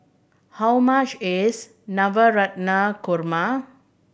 how much is Korma